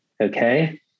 okay